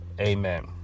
Amen